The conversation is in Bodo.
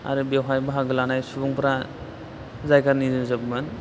आरो बेवहाय बाहागो लानाय सुबुंफोरा जायगानि निजोबमोन